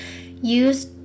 use